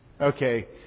Okay